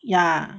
ya